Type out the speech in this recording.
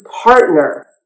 partner